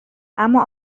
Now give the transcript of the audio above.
اما